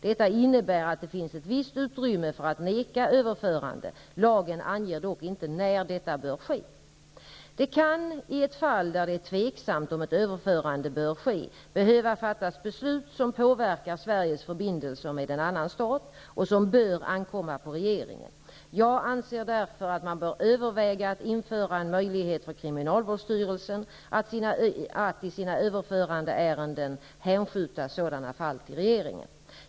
Det innebär att det finns ett visst utrymme för att vägra överförande. Lagen anger dock inte när detta bör ske. Det kan i ett fall där det är tveksamt om ett överförande bör ske behöva fattas beslut som påverkar Sveriges förbindelser med en annan stat, vilket bör ankomma på regeringen. Jag anser därför att man bör överväga att införa en möjlighet för kriminalvårdsstyrelsen att i sina överförandeärenden hänskjuta sådana fall till regeringen.